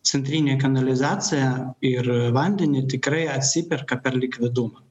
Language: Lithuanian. centrinę kanalizaciją ir vandenį tikrai atsiperka per likvidumą